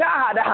God